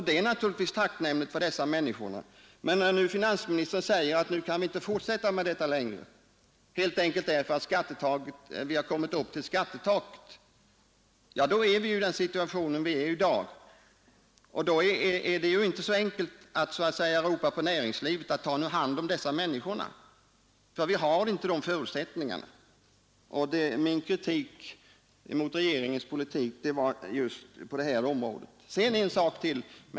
Det är naturligtvis dessa människor tacksamma för, men när nu finansministern säger att vi inte längre kan fortsätta med detta, helt enkelt därför att vi har kommit upp till skattetaket, då uppstår bekymmer, Det är inte bara så enkelt som att ropa på näringslivet och säga: Ta nu hand om dessa människor. Det har man nämligen inte förutsättningar till. Min kritik mot regeringens politik gällde just detta.